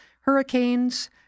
Hurricanes